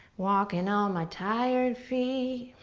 walkin' on my tired feet